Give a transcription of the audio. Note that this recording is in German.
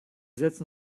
setzen